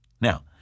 Now